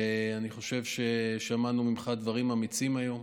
אני חושב ששמענו ממך דברים אמיצים היום.